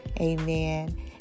Amen